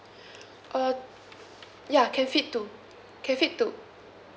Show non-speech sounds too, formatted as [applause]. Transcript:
[breath] oh ya can fit two can fit two